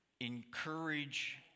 encourage